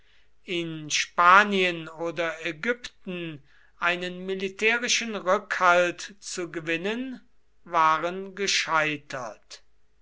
in spanien oder ägypten einen militärischen rückhalt zu gewinnen waren gescheitert